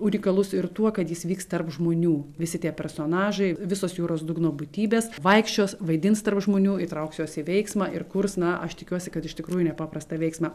unikalus ir tuo kad jis vyks tarp žmonių visi tie personažai visos jūros dugno būtybės vaikščios vaidins tarp žmonių įtrauks juos į veiksmą ir kurs na aš tikiuosi kad iš tikrųjų nepaprastą veiksmą